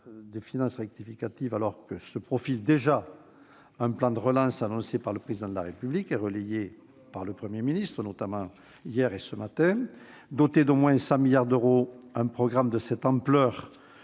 de finances rectificative alors que se profile déjà un nouveau plan de relance annoncé par le Président de la République, et relayé par le Premier ministre. Doté d'au moins 100 milliards d'euros, un programme de cette ampleur